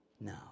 No